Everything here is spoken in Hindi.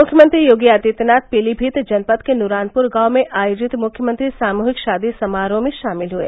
मुख्यमंत्री योगी आदित्यनाथ पीलीभीत जनपद के नूरानपुर गांव में आयोजित मुख्यमंत्री सामुहिक शादी समारोह में शामिल हए